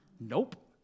Nope